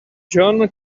john